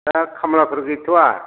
दा खामलाफोर गैथ'वा